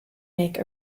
make